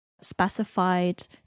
specified